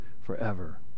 forever